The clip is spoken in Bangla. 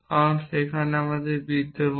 কারণ সেখানে বিদ্যমান